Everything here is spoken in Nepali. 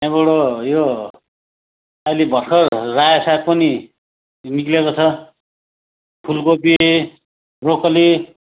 त्यहाँबाट यो अहिले भर्खर रायो साग पनि निक्लिएको छ फुलकोपी ब्रोकौली